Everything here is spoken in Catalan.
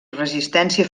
resistència